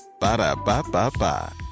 Ba-da-ba-ba-ba